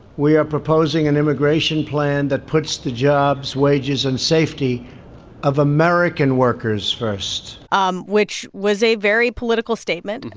we are proposing an immigration plan that puts the jobs, wages and safety of american workers first um which was a very political statement. and